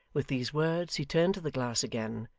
with these words he turned to the glass again,